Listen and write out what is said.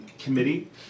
committee